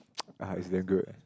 it's damn good